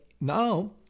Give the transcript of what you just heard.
now